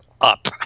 up